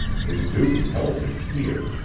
his duty held him here,